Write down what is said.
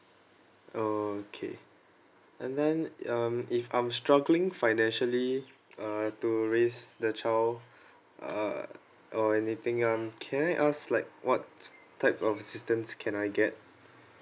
okay and then um if I'm struggling financially err to raise the child uh or anything um can I ask like what type of assistance can I get